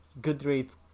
Goodreads